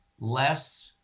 less